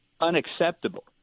unacceptable